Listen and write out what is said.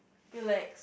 relax